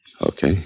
Okay